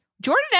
Jordan